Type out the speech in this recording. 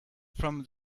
from